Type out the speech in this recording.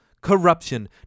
corruption